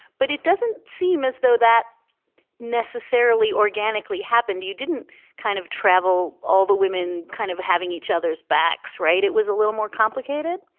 but it doesn't seem as though that necessarily organically happened. you didn't kind of travel all the women kind of having each other's backs. right. it was a little more complicated